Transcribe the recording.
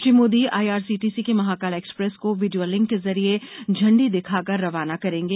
Shri Modi IRCTC की Mahakal express को video link के जरिये इांडी दिखाकर रवाना करेंगे